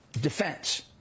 defense